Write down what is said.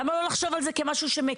למה לא לחשוב על זה כמשהו שמקל?